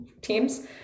teams